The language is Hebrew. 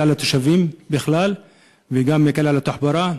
על התושבים בכלל וגם יקל את התחבורה.